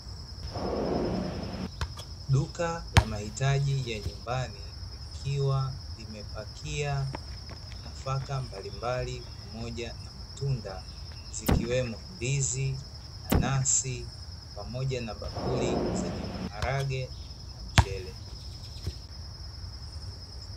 Duka la mahitaji ya nyumbani, likiwa limepakia nafaka mbalimbali pamoja na matunda, zikiwemo; ndizi, nanasi, pamoja na bakuli zenye maharage na mchele.